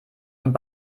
und